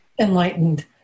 enlightened